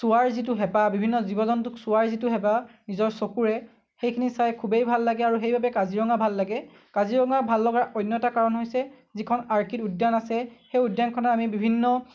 চোৱাৰ যিটো হেঁপাহ বিভিন্ন জীৱ জন্তুক চোৱাৰ যিটো হেঁপাহ নিজৰ চকুৰে সেইখিনি চাই খুবেই ভাল লাগে আৰু সেইবাবে কাজিৰঙা ভাল লাগে কাজিৰঙা ভাল লগাৰ অন্য এটা কাৰণ হৈছে যিখন আৰ্কিড উদ্যান আছে সেই উদ্যানখনৰ আমি বিভিন্ন